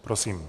Prosím.